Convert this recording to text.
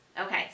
Okay